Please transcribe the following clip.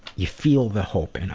you feel the hope and